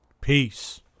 Peace